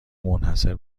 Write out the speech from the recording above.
منحصر